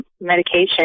medication